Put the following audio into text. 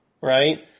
right